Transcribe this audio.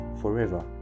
forever